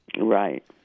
Right